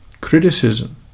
criticism